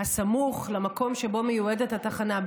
סמוך למקום שבו מיועדת התחנה להיות.